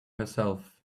herself